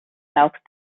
south